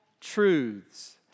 truths